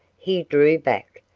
he drew back,